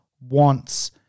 Wants